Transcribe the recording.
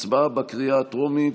הצבעה בקריאה הטרומית.